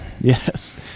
Yes